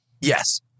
Yes